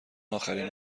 آخرین